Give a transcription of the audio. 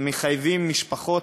מחייבים משפחות,